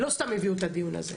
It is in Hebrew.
לא סתם הביאו את הדיון הזה.